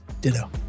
Ditto